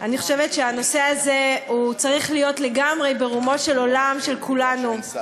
אני חושבת שהנושא הזה צריך להיות לגמרי ברומו של עולם של כולנו.